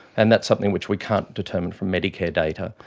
and that's something which we can't determine from medicare data,